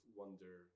wonder